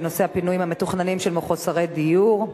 בנושא הפינויים המתוכננים של מחוסרי דיור.